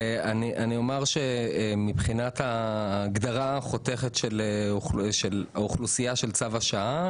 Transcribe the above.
אני אומר שמבחינת ההגדרה החותכת של האוכלוסייה של צו השעה,